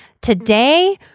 today